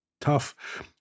tough